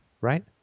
right